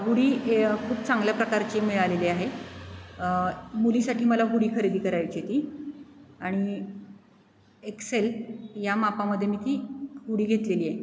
हुडी ए खूप चांगल्या प्रकारची मिळालेली आहे मुलीसाठी मला हुडी खरेदी करायची आहे ती आणि एक्सेल या मापामध्ये मी ती हुडी घेतलेली आहे